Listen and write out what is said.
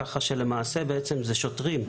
למעשה זה שוטרים,